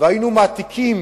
והיינו מעתיקים